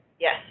Yes